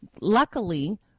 Luckily